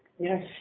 Yes